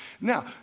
Now